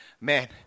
man